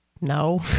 no